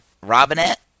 Robinette